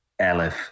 Elif